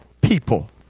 people